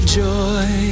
joy